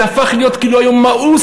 זה הפך להיות היום כאילו מאוס,